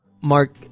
Mark